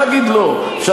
אפשר להגיד לא,